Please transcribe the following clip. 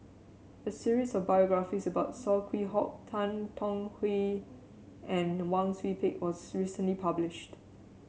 a series of biographies about Saw Swee Hock Tan Tong Hye and Wang Sui Pick was recently published